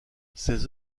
ses